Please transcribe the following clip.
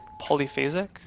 Polyphasic